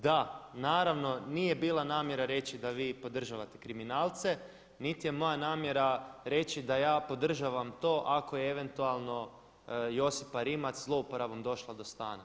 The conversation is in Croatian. Da naravno nije bila namjera reći da vi podržavate kriminalce, niti je moja namjera reći da ja podržavam to ako je eventualno Josipa Rimac zlouporabom došla do stana.